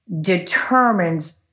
determines